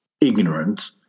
ignorant